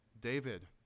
David